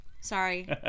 Sorry